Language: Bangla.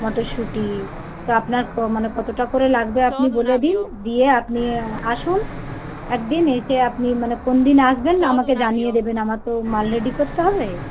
মটরশুঁটি তো আপনার মানে কতটা করে লাগবে আপনি বলে দিন দিয়ে আপনি আসুন একদিন এসে আপনি মানে কোন দিন আসবেন আমাকে জানিয়ে দেবেন আমার তো মাল রেডি করতে হবে